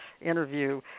interview